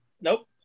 Nope